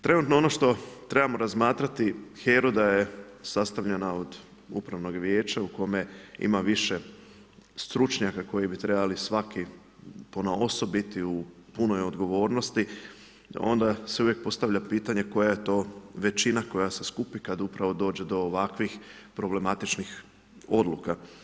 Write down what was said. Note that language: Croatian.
Trenutno ono što trebamo razmatrati HERA-u da je sastavljena od upravnog vijeća u kome ima više stručnjaka koji bi trebali svaki ponaosob biti u punoj odgovornosti, onda se uvijek postavlja pitanje koja je to većina koja se skupi kad upravo dođe do ovakvih problematičnih odluka.